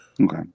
Okay